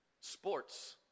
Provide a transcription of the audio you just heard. sports